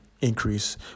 increase